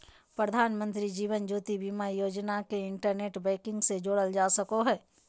प्रधानमंत्री जीवन ज्योति बीमा योजना के internet banking से जोड़ल जा सको हय